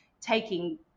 taking